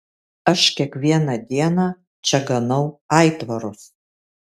aš kiekvieną dieną čia ganau aitvarus